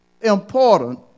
Important